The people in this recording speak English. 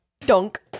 Dunk